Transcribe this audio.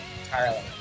entirely